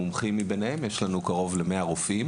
המומחים מביניהם יש לנו קרוב ל-100 רופאים